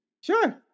Sure